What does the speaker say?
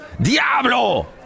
Diablo